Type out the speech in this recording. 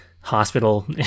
hospital